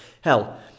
Hell